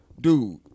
Dude